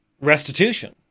restitution